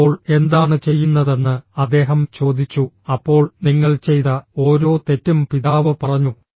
അപ്പോൾ എന്താണ് ചെയ്യുന്നതെന്ന് അദ്ദേഹം ചോദിച്ചു അപ്പോൾ നിങ്ങൾ ചെയ്ത ഓരോ തെറ്റും പിതാവ് പറഞ്ഞു